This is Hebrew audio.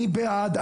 אני בעד,